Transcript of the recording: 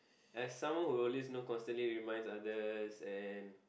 as someone who always know constantly reminds others and